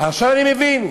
עכשיו אני מבין.